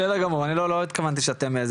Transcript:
בסדר גמור אני לא התכוונתי שאתם,